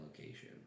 location